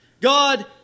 God